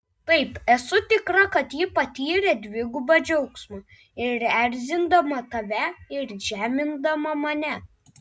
taip esu tikra kad ji patyrė dvigubą džiaugsmą ir erzindama tave ir žemindama mane